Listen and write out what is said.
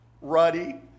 Ruddy